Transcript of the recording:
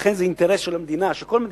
לכן זה האינטרס של המדינה, של כל מדינה,